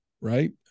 right